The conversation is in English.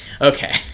Okay